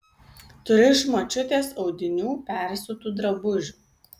turiu iš močiutės audinių persiūtų drabužių